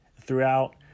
throughout